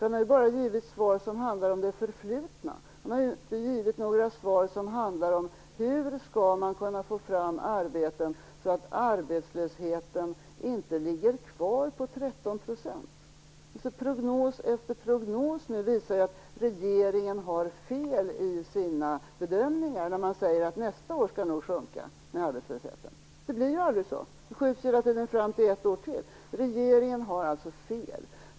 Han har ju bara givit svar som handlar om det förflutna. Han har inte givit några svar om hur man skall kunna få fram arbeten så att arbetslösheten inte ligger kvar på 13 %. Prognos efter prognos visar att regeringen har fel i sina bedömningar när den säger att arbetslösheten nog skall sjunka nästa år. Det blir aldrig så! Det skjuts hela tiden fram ett år till. Regeringen har alltså fel.